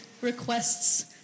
requests